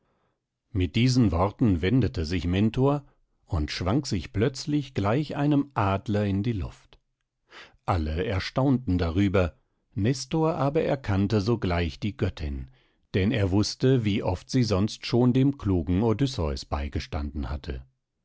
mit diesen worten wendete sich mentor und schwang sich plötzlich gleich einem adler in die luft alle erstaunten darüber nestor aber erkannte sogleich die göttin denn er wußte wie oft sie sonst schon dem klugen odysseus beigestanden hatte